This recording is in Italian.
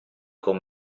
con